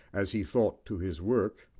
as he thought, to his work,